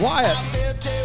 Wyatt